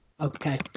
Okay